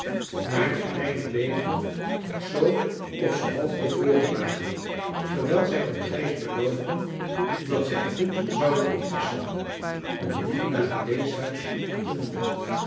maar de kleinen beefden toch of ze half bevroren waren terwijl zij oom gijs beloofden dat zij goed zouden oppassen om niet naar het weeshuis te moeten